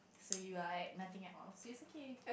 so you are at nothing at all so is okay